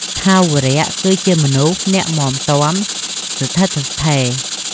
ថាវរៈ គឺជាមនុស្សអ្នកមាំទាំ ស្ថិតស្ថេរ ។